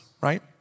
right